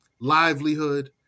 livelihood